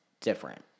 different